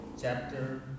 Chapter